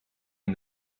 and